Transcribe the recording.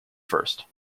first